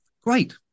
great